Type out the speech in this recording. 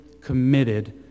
committed